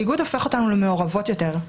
איגוד הופך אותנו למעורבות יותר,